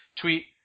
tweet